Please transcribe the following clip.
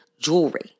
jewelry